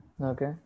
Okay